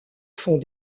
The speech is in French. fonds